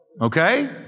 okay